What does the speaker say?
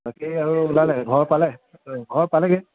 তাকেই আৰু ওলালে ঘৰ পালে ঘৰ পালেগৈ